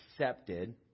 accepted